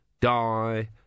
die